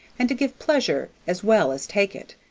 and to give pleasure as well as take it,